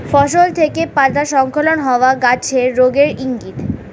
ফসল থেকে পাতা স্খলন হওয়া গাছের রোগের ইংগিত